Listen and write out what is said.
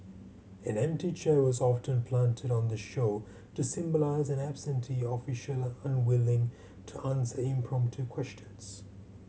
an empty chair was often planted on the show to symbolise an absentee official unwilling to answer impromptu questions